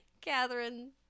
Catherine